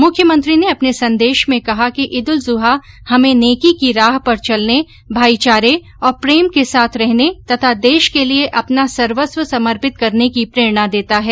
मुख्यमंत्री ने अपने संदेश में कहा कि ईद उल जुहा हमें नेकी की राह पर चलने भाईचारे और प्रेम के साथ रहने तथा देश के लिए अपना सर्वस्व समर्पित करने की प्रेरणा देता है